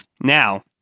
Now